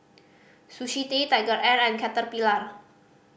Sushi Tei TigerAir and Caterpillar